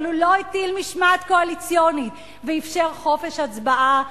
אבל הוא לא הטיל משמעת קואליציונית ואפשר חופש הצבעה.